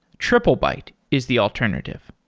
triplebyte is the alternative.